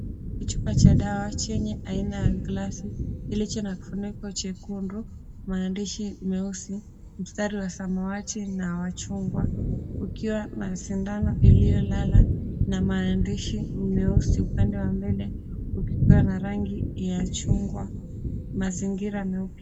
Kichupa cha dawa chenye aina ya glasi kilicho na kifuniko chekundu, maandishi meusi, mstari wa samawati na wa chungwa. Ukiwa na sindano iliyolala na maandishi meusi upande wa mbele, ukikuwa na rangi ya chungwa, mazingira meupe.